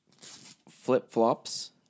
Flip-flops